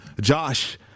Josh